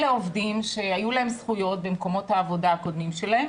אלה עובדים שהיו להם זכויות במקומות העבודה הקודמים שלהם